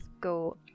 go